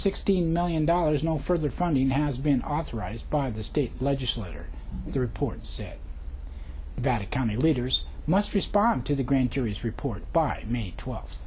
sixteen million dollars no further funding has been authorized by the state legislator the report said that it county leaders must respond to the grand jury's report by may twel